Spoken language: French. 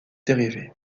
dérivées